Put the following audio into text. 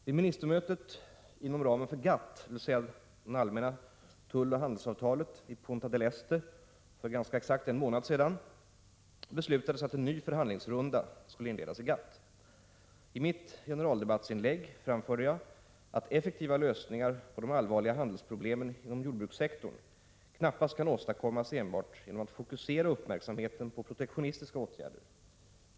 Vid ministermötet inom ramen för GATT, dvs. allmänna tulloch handelsavtalet, i Punta del Este för ganska exakt en månad sedan beslutades att en ny förhandlingsrunda skulle inledas. I mitt generaldebattsinlägg framförde jag att effektiva lösningar på de allvarliga handelsproblemen inom jordbrukssektorn knappast kan åstadkommas enbart genom att fokusera uppmärksamheten på protektionistiska åtgärder.